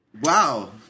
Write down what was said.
Wow